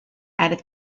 added